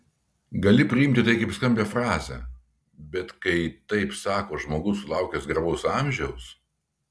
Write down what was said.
gali priimti tai kaip skambią frazę bet kai taip sako žmogus sulaukęs garbaus amžiaus